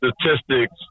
Statistics